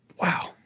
Wow